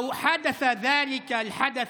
תארו לעצמכם שהמונדיאל